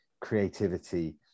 creativity